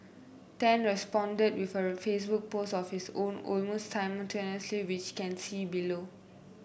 tan responded with a Facebook post of his own almost simultaneously which can see below